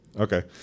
Okay